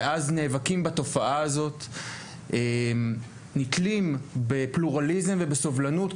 ואז נאבקים בתופעה הזו; נתלים בפלורליזם ובסובלנות,